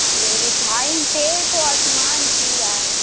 अरे रीफाइन तेल तो आसमान छू रहा है